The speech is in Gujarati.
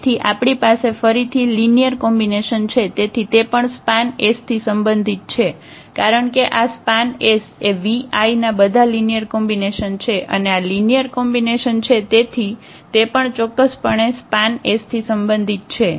તેથી આપણી પાસે ફરીથી લિનિયર કોમ્બિનેશન છે તેથી તે પણ સ્પાન થી સંબંધિત છે કારણ કે આ સ્પાન એ vi ના બધા લિનિયર કોમ્બિનેશન છે અને આ લિનિયર કોમ્બિનેશન છે તેથી તે પણ ચોક્કસપણે સ્પાન થી સંબંધિત છે